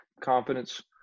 confidence